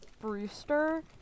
Brewster